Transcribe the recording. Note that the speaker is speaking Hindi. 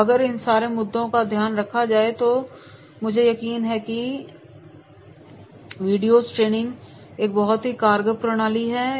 अगर इन सारे मुद्दों का ध्यान रखा जाए तो मुझे यकीन है कि वीडियोस ट्रेनिंग एक बहुत ही कारगर प्रणाली बन सकती है